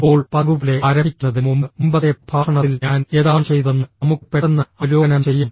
ഇപ്പോൾ പതിവുപോലെ ആരംഭിക്കുന്നതിന് മുമ്പ് മുമ്പത്തെ പ്രഭാഷണത്തിൽ ഞാൻ എന്താണ് ചെയ്തതെന്ന് നമുക്ക് പെട്ടെന്ന് അവലോകനം ചെയ്യാം